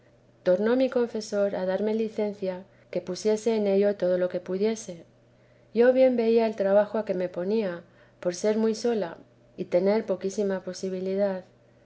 tornó mi confesor a darme licencia que pusiese en ello todo lo que pudiese y bien veía el trabajo a que me ponía por ser muy sola y tener poquísima posibilidad